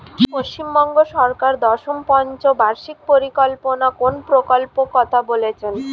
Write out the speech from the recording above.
পশ্চিমবঙ্গ সরকার দশম পঞ্চ বার্ষিক পরিকল্পনা কোন প্রকল্প কথা বলেছেন?